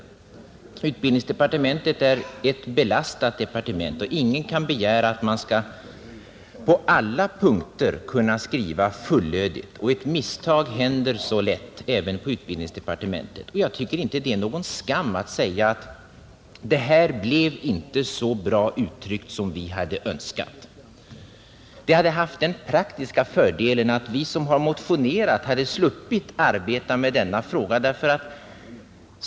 Utbildningsdepartementet är ett belastat departement, och ingen kan begära att man på alla punkter skall kunna skriva fullödigt. Ett misstag händer så lätt, även på utbildningsdepartementet, och jag tycker inte det är någon skam att säga att ”det här blev inte så bra uttryckt som vi hade önskat”. Ett sådant erkännande hade haft den praktiska fördelen att vi som har motionerat hade sluppit arbeta med denna fråga.